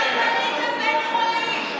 מתי בניתם בית חולים?